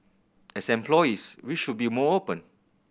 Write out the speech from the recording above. as employees we should be more open